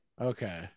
Okay